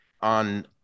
on